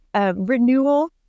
renewal